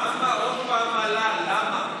למה המל"ל, למה?